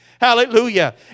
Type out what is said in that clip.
Hallelujah